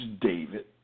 David